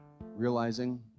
realizing